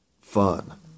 fun